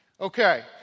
Okay